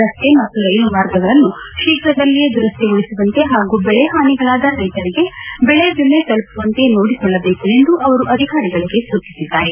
ರಸ್ತೆ ಮತ್ತು ರೈಲು ಮಾರ್ಗಗಳನ್ನು ಶೀಘ್ರದಲ್ಲೇ ದುರಸ್ತಿಗೊಳಿಸುವಂತೆ ಹಾಗೂ ಬೆಳೆ ಹಾನಿಗೊಳಗಾದ ರೈತರಿಗೆ ಬೆಳೆ ವಿಮೆ ತಲುಪುವಂತೆ ನೋಡಿಕೊಳ್ಳಬೇಕೆಂದು ಅವರು ಅಧಿಕಾರಿಗಳಿಗೆ ಸೂಚಿಸಿದ್ದಾರೆ